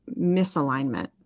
misalignment